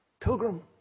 Pilgrim